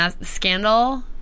scandal